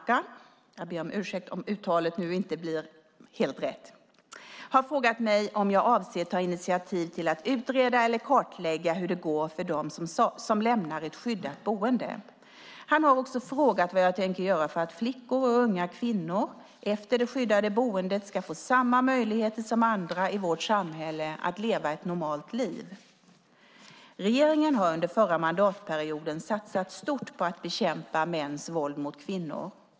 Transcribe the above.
Fru talman! Arhe Hamednaca har frågat mig om jag avser att ta initiativ till att utreda eller kartlägga hur det går för dem som lämnar ett skyddat boende. Han har också frågat vad jag tänker göra för att flickor och unga kvinnor efter det skyddade boendet ska få samma möjligheter som andra i vårt samhälle att leva ett normalt liv. Regeringen har under förra mandatperioden satsat stort på att bekämpa mäns våld mot kvinnor.